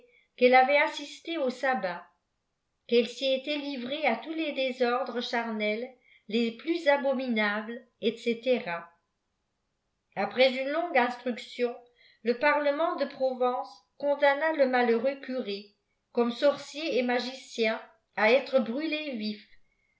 qu'elle avait assisté au sabbat qu'elle s'y était livrée à tous les désordres charnels les plus abominables etc après une longue instruction le parlement de provence condamna le malheureux curé eommje sorcier et magiciénà dire brûlé vif